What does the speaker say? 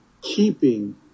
keeping